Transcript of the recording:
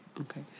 Okay